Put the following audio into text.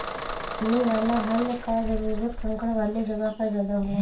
छेनी वाला हल कअ जरूरत कंकड़ वाले जगह पर ज्यादा होला